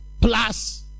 Plus